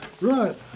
Right